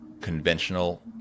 conventional